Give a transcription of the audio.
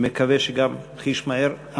אני מקווה שגם חיש מהר,